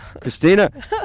Christina